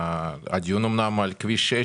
הדיון אמנם על כביש 6,